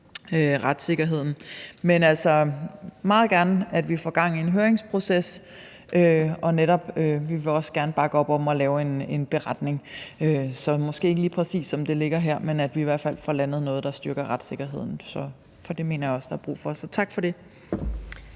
retssikkerheden. Men altså, vi vil meget gerne, at vi får gang i en høringsproces, og vi vil netop også gerne bakke op om at lave en beretning. Så det bliver måske ikke lige præcis, som det ligger her, men at vi i hvert fald får landet noget, der styrker retssikkerheden, mener jeg også der er brug for. Så tak for det.